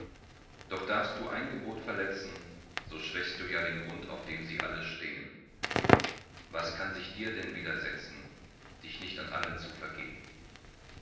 doch darfst du ein gebot verletzen so schwächst du ja den grund auf dem sie alle stehn was kann sich dir denn widersetzen dich nicht an allen zu vergehn